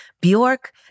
Bjork